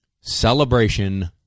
celebration